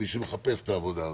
למי שמחפש את העבודה הזאת.